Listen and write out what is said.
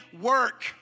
work